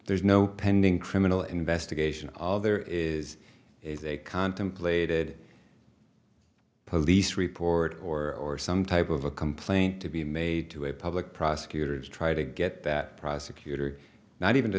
there's no pending criminal investigation all there is is a contemplated police report or some type of a complaint to be made to a public prosecutor's try to get that prosecutor not even to